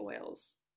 oils